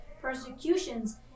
persecutions